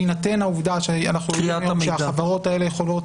בהינתן העובדה שהחברות האלה יכולות